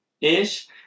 ish